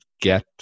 get